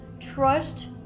Trust